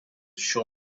šio